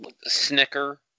snicker